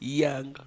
young